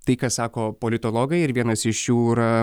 tai ką sako politologai ir vienas iš jų yra